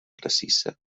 precisa